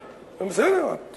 לא, זה מה שתיארו בפני.